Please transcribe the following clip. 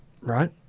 right